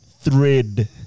thread